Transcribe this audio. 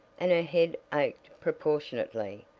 and her head ached proportionately.